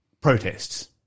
protests